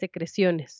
secreciones